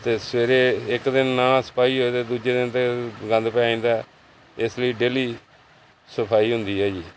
ਅਤੇ ਸਵੇਰੇ ਇੱਕ ਦਿਨ ਨਾ ਸਫਾਈ ਹੋਏ ਤਾਂ ਦੂਜੇ ਦਿਨ ਤਾਂ ਗੰਦ ਪੈ ਜਾਂਦਾ ਇਸ ਲਈ ਡੇਲੀ ਸਫਾਈ ਹੁੰਦੀ ਹੈ ਜੀ